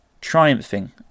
triumphing